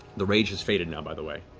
the rage has faded now, by the way.